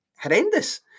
Horrendous